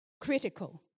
critical